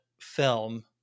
film